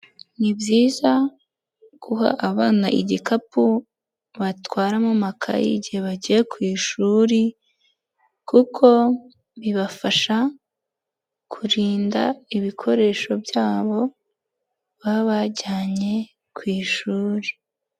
Ni byizayiza guha abana igikapu batwaramo makayi igihe bagiye ku ishuri, kuko bibafasha kurinda ibikoresho byabo baba bajyanye ku ishuri.